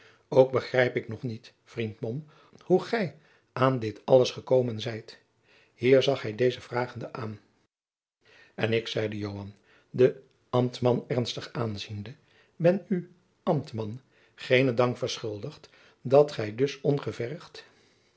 ook begrijp ik nog niet vriend mom hoe gij aan dit alles gekomen zijt hier zag hij dezen vragende aan en ik zeide joan den ambtman ernstig aanziende ben u ambtman geenen dank verschuldigd dat gij dus